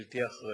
ובלתי אחראי.